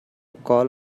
call